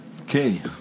Okay